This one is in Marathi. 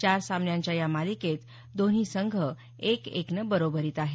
चार सामन्यांच्या या मालिकेत दोन्ही संघ एक एकनं बरोबरीत आहेत